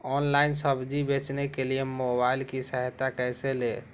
Online सब्जी बेचने के लिए मोबाईल की सहायता कैसे ले?